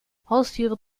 haustiere